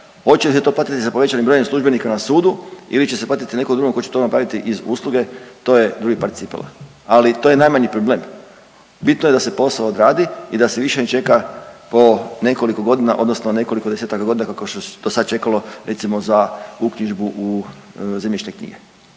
Hoće li se to platiti sa povećanim brojem službenika na sudu ili će se platiti nekom drugom tko će to napraviti iz usluge to je drugi par cipela, ali to je najmanji problem. Bitno je da se posao odradi i da se više ne čeka po nekoliko godina, odnosno nekoliko desetaka godina kao što se do sad čekalo recimo za uknjižbu u zemljišne knjige